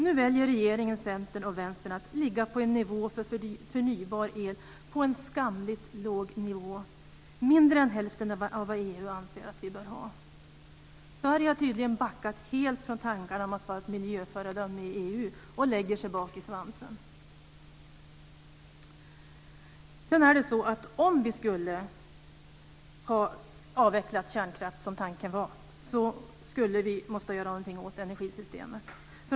Nu väljer regeringen, Centern och Vänstern att ligga på en skamligt låg nivå för förnybar el, mindre än hälften av vad EU anser att vi bör ha. Sverige har tydligen backat helt från tankarna om att vara ett miljöföredöme i EU och lägger sig bak i svansen. Om vi skulle ha avvecklat kärnkraften, som tanken var, hade vi behövt göra någonting åt energisystemet.